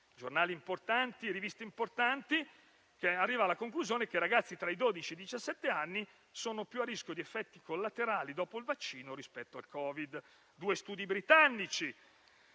giornali e riviste importanti - arriva alla conclusione che i ragazzi tra i dodici e i diciassette anni sono più a rischio di effetti collaterali dopo il vaccino rispetto al Covid. Due studi britannici